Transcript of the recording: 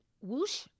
whoosh